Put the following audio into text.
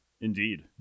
Indeed